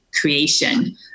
creation